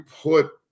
put